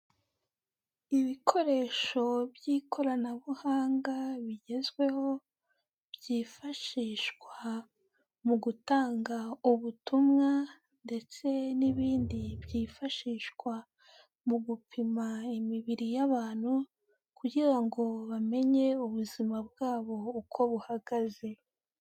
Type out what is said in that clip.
Ibikoresho by'ikoranabuhanga bigezweho, byifashishwa mu gutanga ubutumwa ndetse n'ibindi byifashishwa mu gupima imibiri y'abantu, kugira ngo bamenye ubuzima bwabo uko buhagaze.